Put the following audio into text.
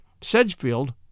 Sedgefield